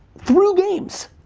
threw games,